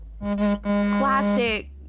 classic